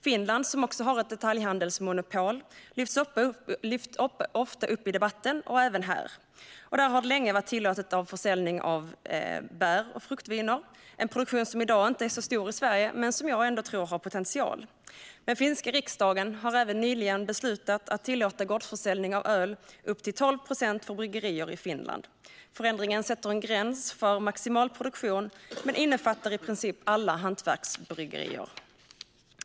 Finland, som också har ett detaljhandelsmonopol, lyfts ofta upp i debatten - även här. Där har det länge varit tillåtet med försäljning av bär och fruktviner, en produktion som i dag inte är så stor i Sverige men som jag tror har potential. Finska riksdagen har även nyligen beslutat att tillåta gårdsförsäljning av öl upp till 12 procent för bryggerier i Finland. Förändringen sätter en gräns för maximal produktion men innefattar i princip alla hantverksbryggerier.